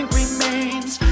remains